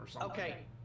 Okay